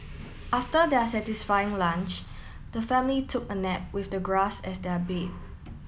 after their satisfying lunch the family took a nap with the grass as their bed